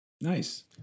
nice